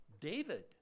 David